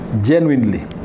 Genuinely